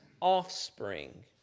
offspring